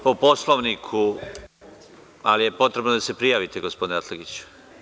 Po Poslovniku, ali je potrebno da se prijavite gospodine Atlagiću.